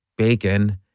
Bacon